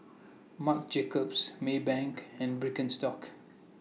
Marc Jacobs Maybank and Birkenstock